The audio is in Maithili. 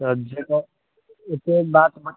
तऽ जगह ओ सभ बात